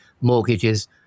Mortgages